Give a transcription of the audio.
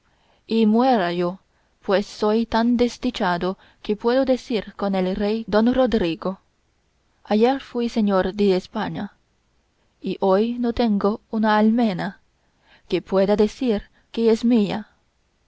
y muera yo pues soy tan desdichado que puedo decir con el rey don rodrigo ayer fui señor de españa y hoy no tengo una almena que pueda decir que es mía